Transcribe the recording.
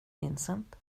vincent